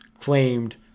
claimed